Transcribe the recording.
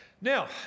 Now